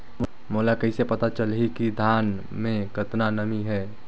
मोला कइसे पता चलही की धान मे कतका नमी हे?